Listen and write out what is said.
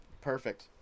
perfect